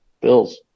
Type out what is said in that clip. bills